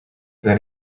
then